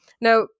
Now